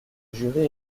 jury